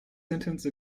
sentence